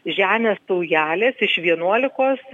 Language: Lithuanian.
žemės saujelės iš vienuolikos